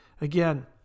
Again